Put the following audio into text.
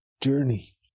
journey